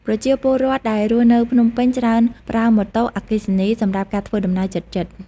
ប្រជាពលរដ្ឋដែលរស់នៅភ្នំពេញច្រើនប្រើម៉ូតូ អគ្គិសនីសម្រាប់ការធ្វើដំណើរជិតៗ។